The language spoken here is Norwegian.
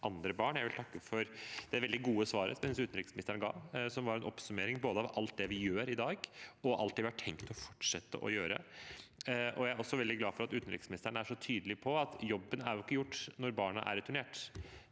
for det veldig gode svaret jeg synes han ga, som var en oppsummering av både alt det vi gjør i dag, og alt det vi har tenkt å fortsette å gjøre. Jeg er også veldig glad for at utenriksministeren er så tydelig på at jobben ikke er gjort når barna er returnert.